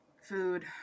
food